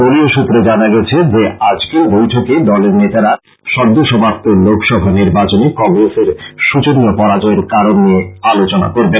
দলীয় সূত্রে জানা গেছে যে আজকের বৈঠকে দলের নেতারা সদ্য সমাপ্ত লোকসভা নির্বাচনে কংগ্রেসের সূচনীয় পরাজয়ের কারণ নিয়ে আলোচনা করবেন